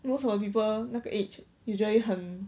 most of the people 那个 age usually 很